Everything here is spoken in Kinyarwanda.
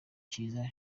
ciza